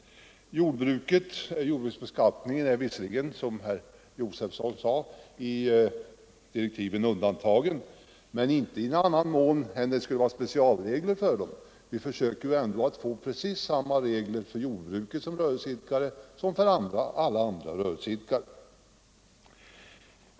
Jordbruksbeskattningen är visserligen, som herr Josefson sade, undantagen i direktiven, men inte i annan mån än att det skall vara speciella regler härför. Vi försöker ändå att få precis samma regler för jordbrukarna såsom rörelseidkare som för alla andra rörelseidkare.